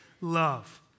love